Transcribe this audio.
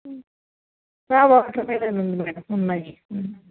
watermelon ఉంది madam ఉన్నాయి